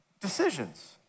decisions